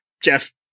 Jeff